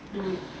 do it